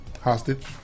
Hostage